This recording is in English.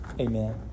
Amen